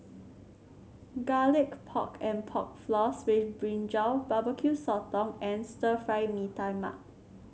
Garlic Pork and Pork Floss with brinjal Barbecue Sotong and Stir Fry Mee Tai Mak